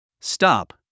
Stop